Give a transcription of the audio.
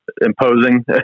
imposing